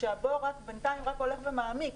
הבור בינתיים רק הולך ומעמיק,